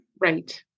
Right